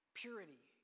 purity